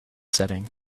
setting